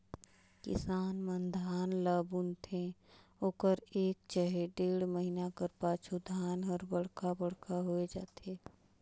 किसान मन धान ल बुनथे ओकर एक चहे डेढ़ महिना कर पाछू धान हर बड़खा बड़खा होए जाथे